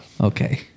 Okay